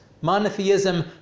monotheism